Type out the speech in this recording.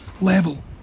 level